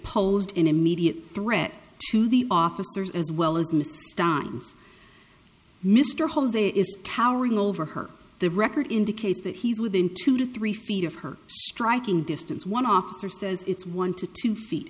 posed an immediate threat to the officers as well as mr stein's mr jose is towering over her the record indicates that he's within two to three feet of her striking distance one officer says it's one to two feet